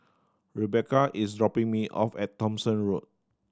Rebecca is dropping me off at Thomson Road